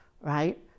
right